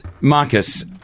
Marcus